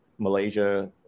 malaysia